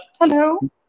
hello